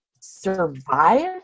survive